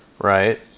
right